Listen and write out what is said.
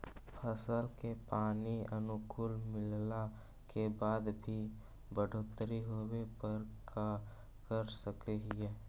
फसल के पानी अनुकुल मिलला के बाद भी न बढ़ोतरी होवे पर का कर सक हिय?